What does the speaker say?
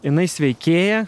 jinai sveikėja